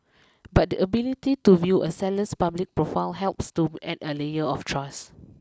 but the ability to view a seller's public profile helps to add a layer of trust